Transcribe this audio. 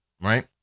Right